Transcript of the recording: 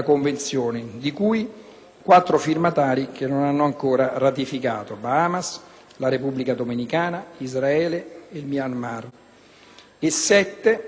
e sette che non hanno assolutamente firmato (Angola, Corea del Nord, Egitto, Iraq, Libano, Somalia e Siria).